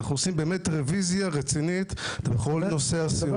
אנחנו עושים רביזיה רצינית לכל נושא הסיעוד.